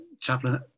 chaplain